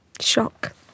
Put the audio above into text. shock